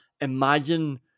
imagine